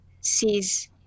sees